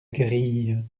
grille